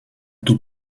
tout